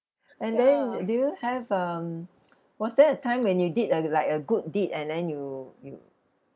and then do you have um was there a time when you did uh like a good deed and then you you